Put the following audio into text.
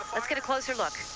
let's get a closer look.